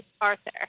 Arthur